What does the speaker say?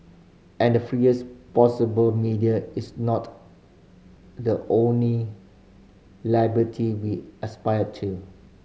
and the freest possible media is not the only liberty we aspire to